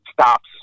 stops